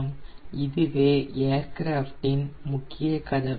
இதுவே ஏர்கிராஃப்டின் முக்கிய கதவு